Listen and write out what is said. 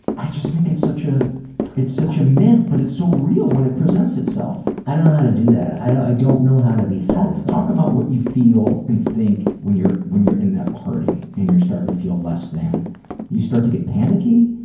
i just think it's such ah it's such a myth and but it's so real when it presents itself. i don't know how to do that. i don't i don't know how to be satisfied. talk about what you feel and think when you're when you're in that party and you're starting to feel less than. do you start to get panicky?